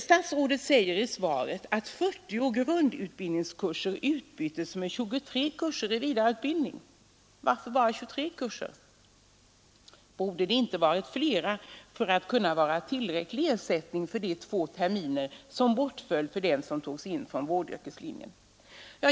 Statsrådet säger i svaret att 40 grundutbildningskurser utbyttes mot 23 kurser i vidareutbildning. Varför bara 23 kurser? Borde de inte varit flera för att kunna vara tillräcklig ersättning för de två terminer som bortföll för dem som togs in från vårdyrkeslinjen?